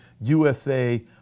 USA